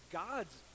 gods